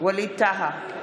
ווליד טאהא,